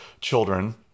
children